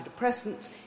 antidepressants